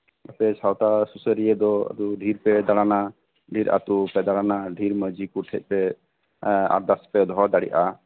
ᱟᱯᱮ ᱥᱟᱶᱛᱟ ᱥᱩᱥᱟᱹᱨᱤᱭᱟᱹ ᱫᱚ ᱰᱷᱤᱨ ᱯᱮ ᱫᱟᱬᱟᱱᱟ ᱰᱷᱤᱨ ᱟᱛᱩ ᱯᱮ ᱫᱟᱬᱟᱱᱟ ᱰᱷᱤᱨ ᱢᱟᱡᱷᱤ ᱠᱚ ᱴᱷᱮᱡ ᱯᱮ ᱮᱸᱜ ᱟᱨᱫᱟᱥ ᱯᱮ ᱫᱚᱦᱚ ᱫᱟᱲᱮᱭᱟᱜᱼᱟ